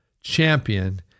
champion